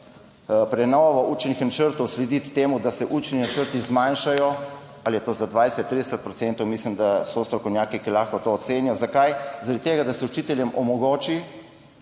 prenovo učnih načrtov slediti temu, da se učni načrti zmanjšajo, ali je to za 20, 30 %, mislim, da so strokovnjaki, ki lahko to ocenijo. Zakaj? Zaradi tega, da se učiteljem omogoči